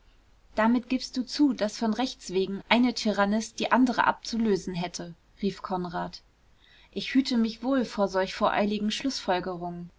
damit gibst du zu daß von rechts wegen eine tyrannis die andere abzulösen hätte rief konrad ich hüte mich wohl vor solch voreiligen schlußfolgerungen